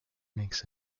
makes